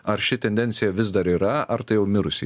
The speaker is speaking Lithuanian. ar ši tendencija vis dar yra ar tai jau mirusi